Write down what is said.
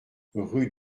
rue